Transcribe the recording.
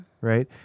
Right